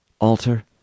Altar